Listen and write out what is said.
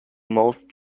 most